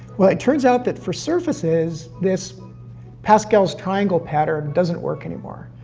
well, it turns out that for surfaces, this pascal's triangle pattern doesn't work any more.